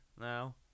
now